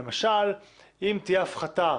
למשל אם תהיה הפחתה,